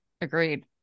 Agreed